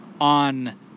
on